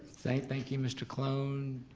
thank thank you mr. cologne.